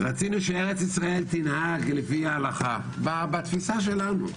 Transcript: רצינו שארץ ישראל תנהג לפי ההלכה, בתפיסה שלנו.